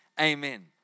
amen